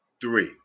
three